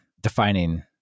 defining